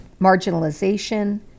marginalization